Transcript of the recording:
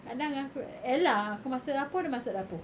kadang aku ella aku masuk dapur dia masuk dapur